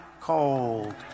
cold